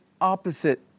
opposite